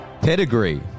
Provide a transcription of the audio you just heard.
Pedigree